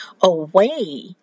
away